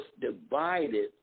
divided